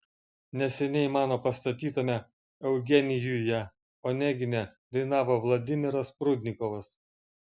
neseniai mano pastatytame eugenijuje onegine dainavo vladimiras prudnikovas